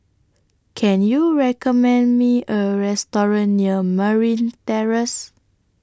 Can YOU recommend Me A Restaurant near Merryn Terrace